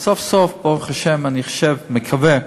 אז סוף-סוף, ברוך השם, אני חושב, מקווה,